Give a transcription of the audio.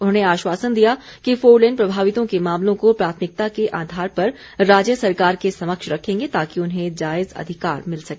उन्होंने आश्वासन दिया कि फोरलेन प्रभावितों के मामलों को प्राथमिकता के आधार पर राज्य सरकार के समक्ष रखेंगे ताकि उन्हें जायज अधिकार मिल सके